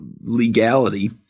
legality